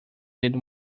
need